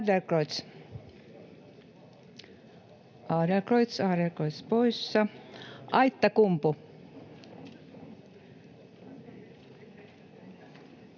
Aittakumpu.